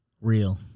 real